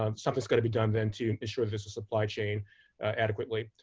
um something's got to be done then to ensure that there's a supply chain adequately.